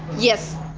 yes.